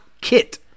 Kit